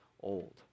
old